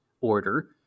order